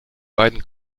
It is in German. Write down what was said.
beiden